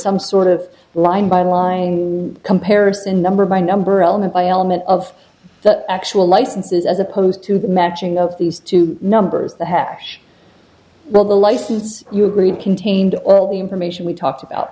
some sort of line by line comparison number by number element by element of the actual licenses as opposed to the matching of these two numbers the hash while the license you agreed contained all the information we talked about